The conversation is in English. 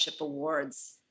awards